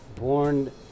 born